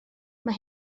mae